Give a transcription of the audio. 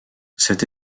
cette